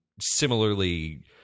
similarly